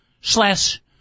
slash